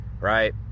right